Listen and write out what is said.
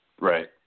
Right